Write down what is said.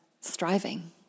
striving